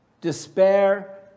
despair